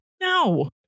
No